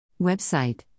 Website